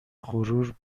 غرور